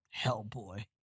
Hellboy